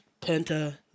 Penta